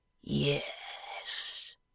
Yes